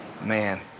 Man